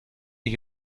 ich